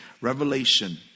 Revelation